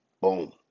Boom